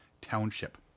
Township